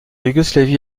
yougoslavie